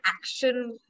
action